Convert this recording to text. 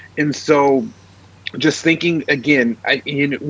and so just thinking again i mean,